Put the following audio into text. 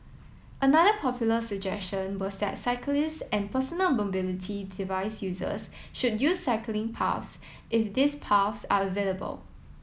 another popular suggestion was that cyclists and personal mobility device users should use cycling paths if these paths are available